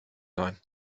sein